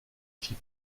fit